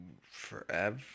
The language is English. Forever